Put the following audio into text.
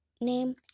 name